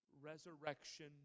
resurrection